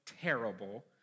terrible